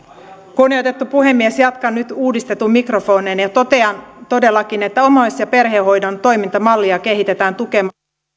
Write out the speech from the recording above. kunnioitettu puhemies jatkan nyt uudistetuin mikrofonein ja totean todellakin että omais ja perhehoidon toimintamallia kehitetään tukemaan jaksamista